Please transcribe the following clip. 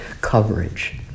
coverage